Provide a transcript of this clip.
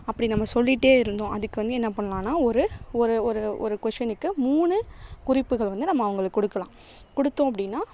அப்படி நம்ம சொல்லிகிட்டே இருந்தோம் அதுக்கு வந்து என்ன பண்ணலான்னா ஒரு ஒரு ஒரு ஒரு கொஷினுக்கு மூணு குறிப்புகள் வந்து நம்ம அவங்களுக்கு கொடுக்கலாம் கொடுத்தோம் அப்படின்னா